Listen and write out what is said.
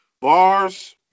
Bars